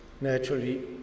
Naturally